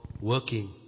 working